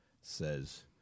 says